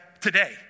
today